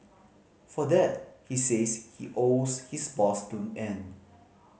for that he says he owes his boss to end